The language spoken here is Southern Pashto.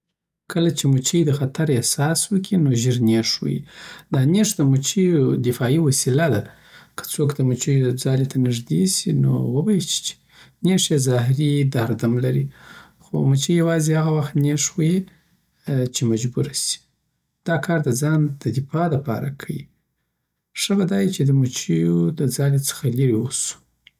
کله چې مچی د خطر احساس وکی، نو ژر نېښ ویی دا نېښ د مچیو دفاعي وسله ده. که څوک د مچیو ځالی ته نږدې سی، نو و به یی چیچی نېښ‌ یی زهري یی، او درد هم لري. خو مچۍ یواځې هغه وخت نېښ وهي چې مجبوره شي. دا کار‌ د ځان د دفاع لپاره کیی ښه به دایی چی د مچیو څخه لیری اوسو